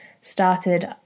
started